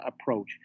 approach